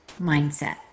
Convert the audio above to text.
mindset